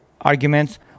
arguments